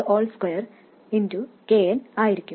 kn ആയിരിക്കും